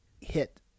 hit